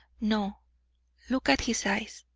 no look at his eyes.